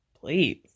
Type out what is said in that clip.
please